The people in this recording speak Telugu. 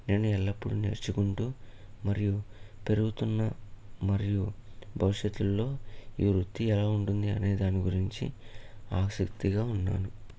నేను ఎల్లప్పుడూ నేర్చుకుంటూ మరియు పెరుగుతున్న మరియు భవిష్యత్తుల్లో ఈ వృత్తి ఎలా ఉంటుంది అనేదాని గురించి ఆశక్తిగా ఉన్నాను